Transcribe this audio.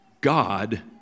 God